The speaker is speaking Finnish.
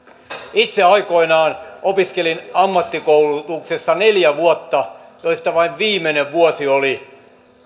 itse aikoinaan opiskelin ammattikoulutuksessa neljä vuotta joista vain viimeinen vuosi oli